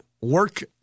Work